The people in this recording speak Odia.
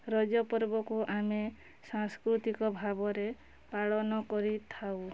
ରଜପର୍ବକୁ ଆମେ ସାଂସ୍କୃତିକ ଭାବରେ ପାଳନ କରିଥାଉ